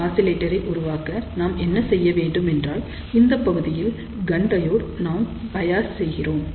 ஒரு ஆசிலேட்டரை உருவாக்க நாம் என்ன செய்ய வேண்டும் என்றால் இந்தப்பகுதியில் கண் டையோடை நாம் பயாஸ் செய்கிறோம்